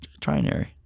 trinary